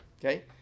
Okay